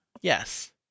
yes